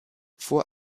vor